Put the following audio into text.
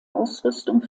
ausrüstung